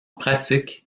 pratique